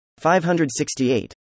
568